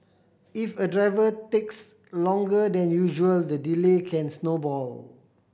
if a driver takes longer than usual the delay can snowball